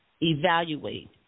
evaluate